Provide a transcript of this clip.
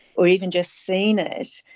or even just seen it,